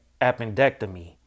appendectomy